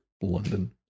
London